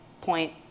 point